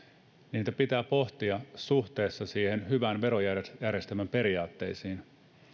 niitä pitää pohtia suhteessa hyvän verojärjestelmän periaatteisiin